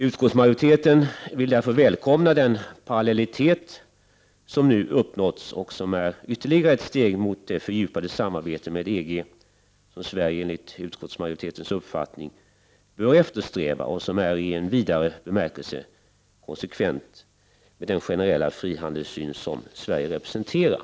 Utskottsmajoriteten välkomnar därför den parallellitet som nu uppnåtts Prot. 1989/90:45 och som är ytterligare ett steg mot det fördjupade samarbete med EG som 13 december 1989 Sverige enligt KISKOTSIIS Ori tern uppfattning bör eftersträva och vilket IM Tilläggsprotokoll dare bemärkelse är i konsekvens med den generella frihandelssyn som Sverige ga representerar.